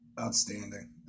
Outstanding